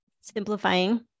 simplifying